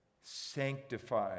sanctify